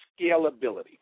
scalability